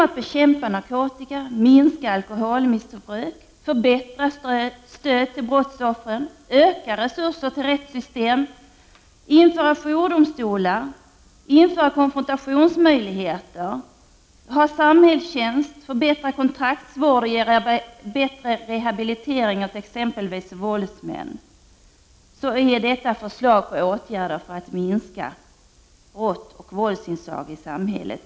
Att bekämpa narkotika, minska alkoholmissbruk, förbättra stöd till brottsoffer, öka resurser till rättssystem, införa jourdomstolar, införa konfrontationsmöjligheter, ha samhällstjänst, förbättra kontraktsvård, ge bättre rehabilitering åt exempelvis våldsmän är förslag till åtgärder för att minska brott och våldsinslag i samhället.